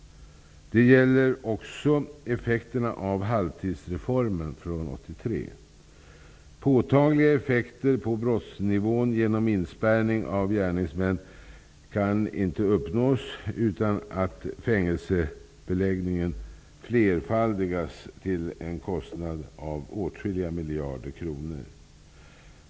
Det gäller även effekterna av halvtidsreformen 1983. Påtagliga effekter på brottsnivån genom inspärrning av gärningsmän kan inte uppnås utan att fängelsebeläggningen flerfaldigas till en kostnad av åtskilliga miljarder kronor.